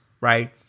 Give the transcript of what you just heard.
right